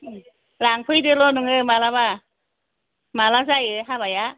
लांफैदोल' नोङो माब्लाबा माब्ला जायो हाबाया